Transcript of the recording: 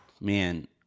Man